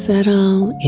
Settle